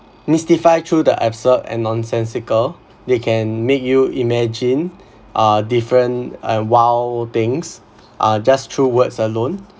mystify through the absurd and nonsensical they can make you imagine uh different uh !wow! things uh just through words alone